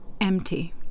empty